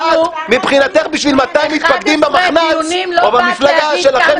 את מבחינתך בשביל 200 מתפקדים במחנ"צ או במפלגה שלכם,